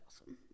awesome